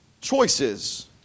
choices